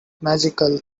magical